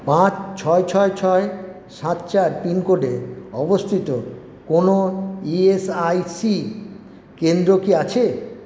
পাঁচ ছয় ছয় ছয় সাত চার পিনকোডে অবস্থিত কোনও ইএসআইসি কেন্দ্র কি আছে